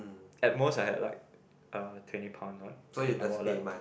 at most I had like uh twenty pound in my wallet